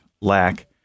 lack